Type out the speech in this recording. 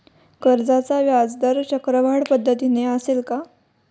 कर्जाचा व्याजदर चक्रवाढ पद्धतीने असेल का?